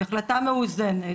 שהיא החלטה מאוזנת,